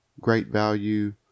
great-value